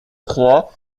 croix